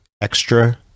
extra